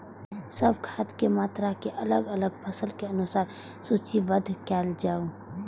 सब खाद के मात्रा के अलग अलग फसल के अनुसार सूचीबद्ध कायल जाओ?